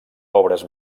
obres